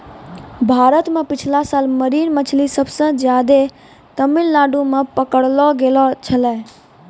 भारत मॅ पिछला साल मरीन मछली सबसे ज्यादे तमिलनाडू मॅ पकड़लो गेलो छेलै